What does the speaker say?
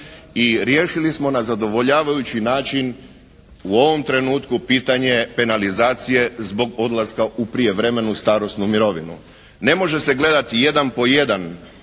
i riješili smo na zadovoljavajući način u ovom trenutku pitanje penalizacije zbog odlaska u prijevremenu starosnu mirovinu. Ne može se gledati jedan po jedan